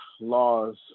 laws